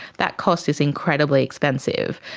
that cost is incredibly expensive,